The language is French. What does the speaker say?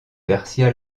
garcía